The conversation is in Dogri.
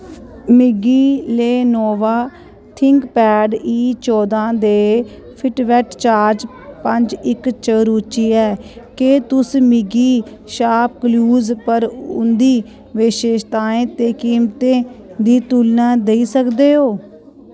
मिगी लैनोवा थिंकपैड ई चौदां दे फिटवेट चार्ज पंज इक च रुचि ऐ केह् तुस मिगी शाप क्लूज पर उं'दी विशेशताएं ते कीमतें दी तुलना देई सकदे ओ